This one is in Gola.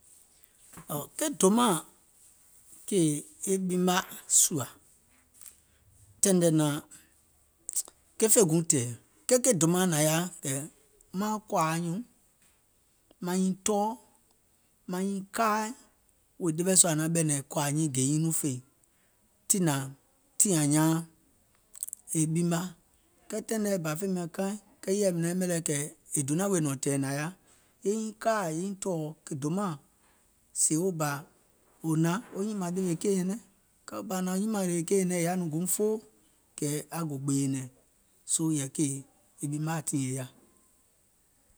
ke dòmaȧŋ kèè e ɓima sùȧ, taìŋ nɛ̀ɛ̀ naȧŋ ke fè guùŋ tɛ̀ɛ̀, kɛɛ ke dòmaȧŋ nȧŋ yaȧ kɛ̀ maaŋ kòȧ nyùùŋ maŋ nyiŋ tɔɔ̀, maŋ nyiŋ kaȧ, wèè ɗeweɛ̀ sua ȧŋ naŋ ɓɛ̀nɛ̀ŋ kòà nyiiŋ gè nyiŋ nɔɔ̀ŋ feìŋ, tiŋ ȧŋ nyaaŋ e ɓima, kɛɛ taìŋ nɛɛ̀ bȧ fè ɓɛìŋ kaaiŋ, kɛɛ e yèɛ miŋ naŋ yɛmɛ̀ kɛ̀ è donȧŋ weè nɔ̀ŋ tɛ̀ɛ̀ nȧŋ yaȧ, eiŋ nyiŋ kaȧ e nyiŋ tɔ̀ɔ̀ ke dòmaȧŋ, sèè wo bȧ wò hnȧŋ wò nyìmȧŋ ɗewè keì nyɛ̀nɛŋ, kɛɛ wo bȧ hnȧŋ wo nyimȧȧŋ ɗèwè keì nyɛ̀nɛŋ è yaȧ nɔŋ guùŋ foo, kɛ̀ aŋ gò gbèè nɛ̀ŋ, soo yɛ̀ì e kèè ɓimaà tiŋ è yaȧ.